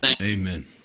Amen